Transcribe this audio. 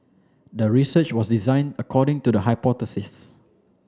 the research was designed according to the hypothesis